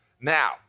Now